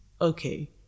okay